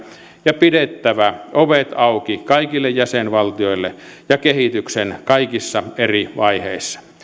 ja pidettävä ovet auki kaikille jäsenvaltioille ja kehityksen kaikissa eri vaiheissa